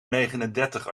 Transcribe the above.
negenendertig